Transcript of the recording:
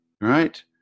right